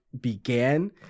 began